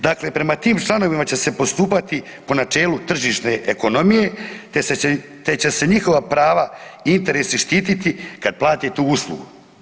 Dakle, prema tim članovima će se postupati po načelu tržišne ekonomije te će se njihova prava i interesi štititi kada plate tu uslugu.